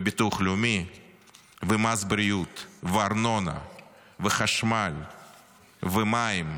וביטוח לאומי ומס בריאות וארנונה וחשמל ומים,